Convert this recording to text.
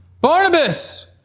Barnabas